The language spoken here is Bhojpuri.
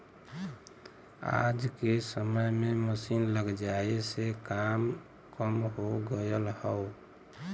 आज के समय में मसीन लग जाये से काम कम हो गयल हौ